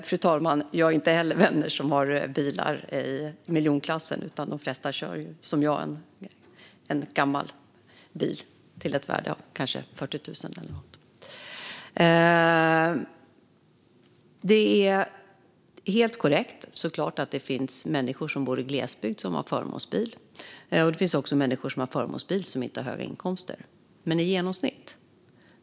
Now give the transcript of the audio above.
Fru talman! Jag har inte heller vänner med bilar i miljonklassen, utan de flesta kör liksom jag själv en gammal bil till ett värde av kanske 40 000 kronor eller så. Det är såklart helt korrekt att det finns människor som bor i glesbygd som har förmånsbil. Det finns också människor som inte har höga inkomster men som har förmånsbil.